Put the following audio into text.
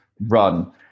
run